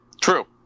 True